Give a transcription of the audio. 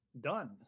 done